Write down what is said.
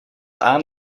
aan